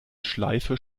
schleife